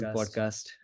podcast